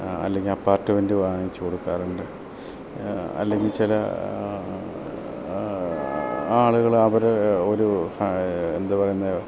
അല്ലെങ്കിൽ അപ്പാർട്ട്മെൻറ്റ് വാങ്ങിച്ചു കൊടുക്കാറുണ്ട് അല്ലെങ്കിൽ ചില ആളുകൾ അവർ ഒരു എന്ത് പറയുന്നത്